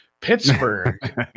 Pittsburgh